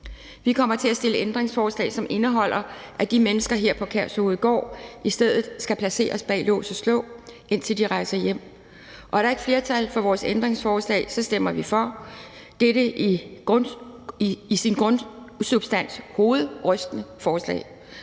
Vi kommer til at stille ændringsforslag, som indeholder, at de mennesker på Kærshovedgård i stedet skal placeres bag lås og slå, indtil de rejser hjem, og er der ikke flertal for vores ændringsforslag, stemmer vi for dette i sin grundsubstans hovedrystende forslag,